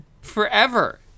forever